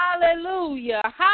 Hallelujah